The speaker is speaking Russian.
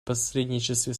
посредничестве